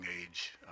age